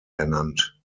ernannt